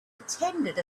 attended